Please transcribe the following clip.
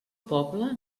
poble